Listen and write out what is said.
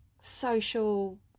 Social